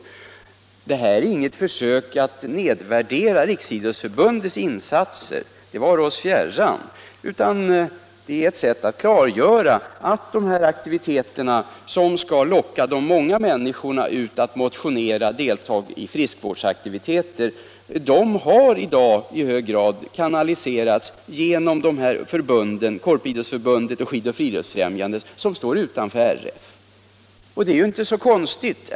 Det är inget försök att nedvärdera Riksidrottsförbundets insatser — det vare oss fjärran — utan det är ett sätt att klargöra att de aktiviteter som skall locka de många människorna till motion och friskvårdaktivitet i hög grad kanaliseras genom Korporationsidrotts förbundet och Skidoch friluftsfrämjandet, vilka i dag står utanför RF. Detta är inte så konstigt.